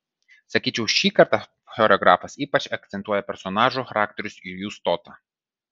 sakyčiau šį kartą choreografas ypač akcentuoja personažų charakterius ir jų stotą